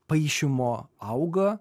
paišymo auga